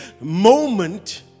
moment